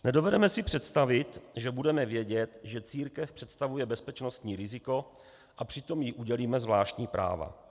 Nedovedeme si představit, že budeme vědět, že církev představuje bezpečnostní riziko, a přitom jí udělíme zvláštní práva.